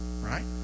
Right